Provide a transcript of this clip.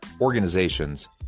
organizations